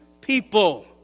people